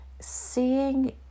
seeing